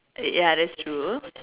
uh ya that's true